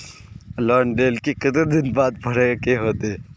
Loan लेल के केते दिन बाद भरे के होते?